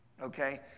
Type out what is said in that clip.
Okay